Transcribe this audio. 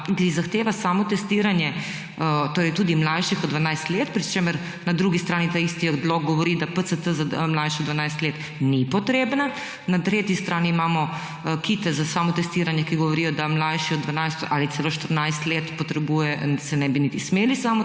ki zahteva samotestiranje tudi mlajših od 12 let, pri čemer na drugi strani ta isti odlok govori, da PCT za mlajše od 12 let ni potreben. Na tretji strani imamo komplete za samotestiranje, ki govorijo, da se mlajši od 12 ali celo 14 let niti ne bi smeli samotestirati,